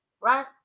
right